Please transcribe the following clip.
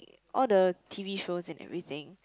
all the T_V shows and everything